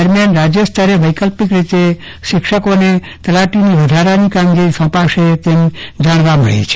દરમિયાન રાજ્ય સ્તરે વૈકલ્પીક રીતે શિક્ષકોને તલાટીની વધારાની કામગીરી સોંપાશે તેમ જાણવા મળે છે